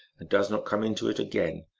and does not come into it again.